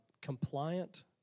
compliant